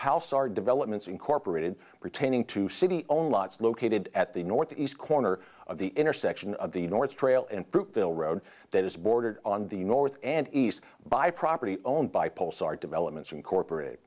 palace are developments incorporated pertaining to city own lots located at the north east corner of the intersection of the north trail and fruitvale road that is bordered on the north and east by property owned by postcard developments incorporate